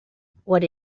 what